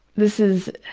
this is